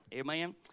Amen